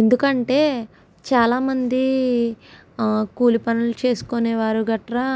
ఎందుకంటే చాలా మంది కూలి పనులు చేసుకునేవారు గట్రా